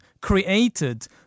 created